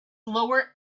lower